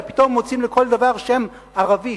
ופתאום מוצאים לכל דבר שם ערבי.